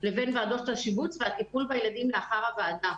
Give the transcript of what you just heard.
לבין ועדות השיבוץ והטיפול לאחר הוועדה.